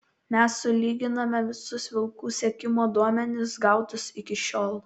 mes sulyginame visus vilkų sekimo duomenis gautus iki šiol